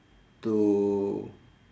to